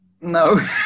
No